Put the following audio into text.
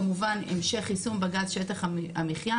כמובן המשך יישום בג"ץ שטח המחיה,